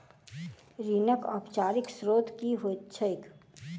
ऋणक औपचारिक स्त्रोत की होइत छैक?